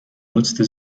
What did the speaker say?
nutzte